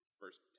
first